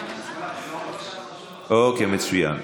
אוקיי, מצוין.